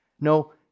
No